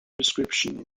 description